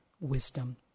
wisdom